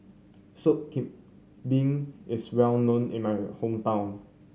Sop Kambing is well known in my hometown